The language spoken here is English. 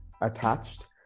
attached